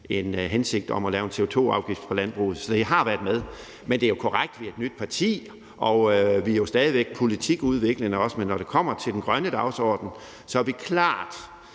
en hensigt om at lave en CO2-afgift på landbruget. Så det har været med. Men det er korrekt, at vi er et nyt parti, og vi er jo stadig væk også politikudviklende, men når det kommer til den grønne dagsorden, er vi klart